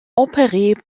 opérées